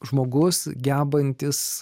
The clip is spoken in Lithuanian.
žmogus gebantis